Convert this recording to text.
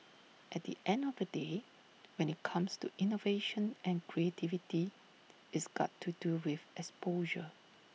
at the end of the day when IT comes to innovation and creativity it's got to do with exposure